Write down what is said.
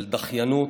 של דחיינות,